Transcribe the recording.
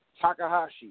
Takahashi